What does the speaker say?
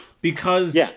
because-